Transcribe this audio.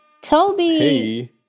Toby